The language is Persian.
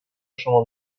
شما